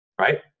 Right